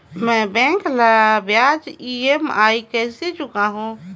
मैं बैंक ला ब्याज ई.एम.आई कइसे चुकाहू?